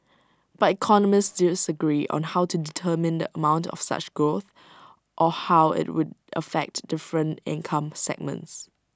but economists disagree on how to determine the amount of such growth or how IT would affect different income segments